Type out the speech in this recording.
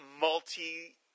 multi